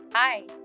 Hi